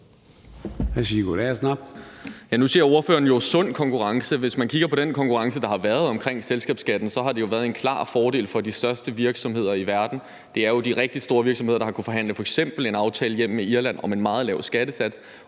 Nu siger ordføreren sund konkurrence. Hvis man kigger på den konkurrence, der har været omkring selskabsskatten, har det jo været en klar fordel for de største virksomheder i verden. Det er jo de rigtig store virksomheder, der har kunnet forhandle f.eks. en aftale hjem med Irland om en meget lav skattesats,